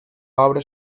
obra